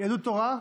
יהדות התורה,